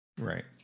right